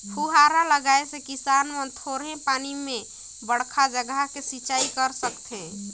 फुहारा लगाए से किसान मन थोरहें पानी में बड़खा जघा के सिंचई कर सकथें